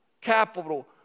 capital